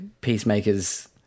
Peacemakers